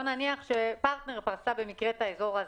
בואו נניח שפרטנר פרסה במקרה את האזור הזה.